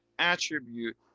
Attribute